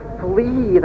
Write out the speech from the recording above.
flee